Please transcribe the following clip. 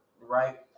right